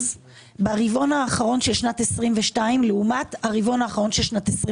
ברבעון האחרון של שנת 22' לעומת הרבעון האחרון של 21'